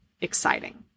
exciting